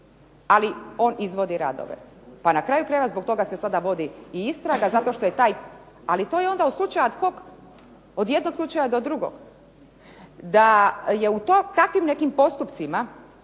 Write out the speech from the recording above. ali on izvodi radove. Na kraju krajeva zbog toga se sada vodi istraga, ali to je onda slučaj ad hoc od jednog slučaja do drugog. Da je u takvim nekim postupcima,